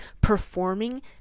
performing